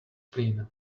clean